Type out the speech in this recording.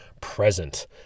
present